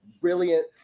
brilliant